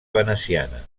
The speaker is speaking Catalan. veneciana